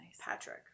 Patrick